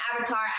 avatar